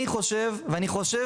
אני חושב, וזאת